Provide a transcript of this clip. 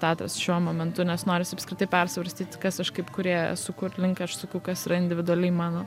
teatras šiuo momentu nes norisi apskritai persvarstyti kas aš kaip kūrėja esu kur link aš suku kas yra individualiai mano